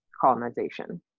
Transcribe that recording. colonization